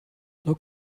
look